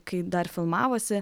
kai dar filmavosi